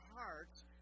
hearts